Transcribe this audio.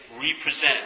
re-present